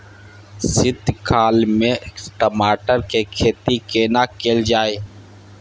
शीत काल में टमाटर के खेती केना कैल जाय?